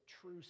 true